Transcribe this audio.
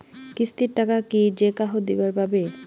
কিস্তির টাকা কি যেকাহো দিবার পাবে?